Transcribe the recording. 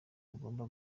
bagomba